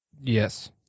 Yes